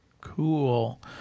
Cool